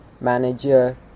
manager